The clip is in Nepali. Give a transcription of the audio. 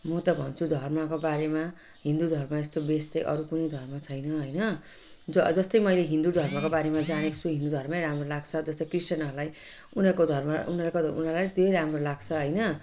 म त भन्छु धर्मको बारेमा हिन्दू धर्म जस्तो बेस चाहिँ अरू कुनै धर्म छैन हैन ज जस्तै मैले हिन्दू धर्मको बारेमा जानेकी छु हिन्दू धर्मै राम्रो लाग्छ जस्तै क्रिस्चिनहरूलाई उनीहरूको धर्म उनीहरूलाई त्यही राम्रो लाग्छ हैन